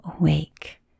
awake